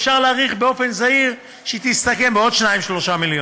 אפשר להעריך באופן זהיר שהיא תסתכם בעוד 3-2 מיליון.